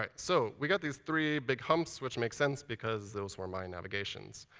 um so we've got these three big humps, which makes sense, because those were my navigations.